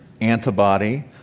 antibody